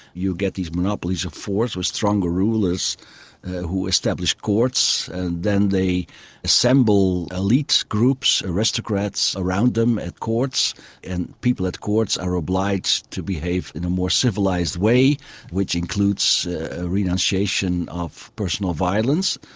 you get these monopolies of force with stronger rulers who established courts and then they assemble elite groups, aristocrats around them at courts and people at courts are obliged to behave in a more civilised way which includes a renunciation of personal violence.